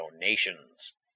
donations